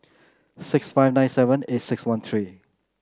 six five nine seven eight six one three